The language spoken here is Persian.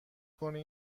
کنی